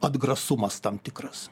atgrasumas tam tikras